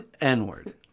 N-word